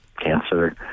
cancer